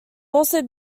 also